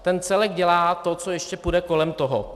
Ten celek dělá to, co ještě půjde kolem toho.